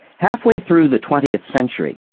halfway through the twentieth century,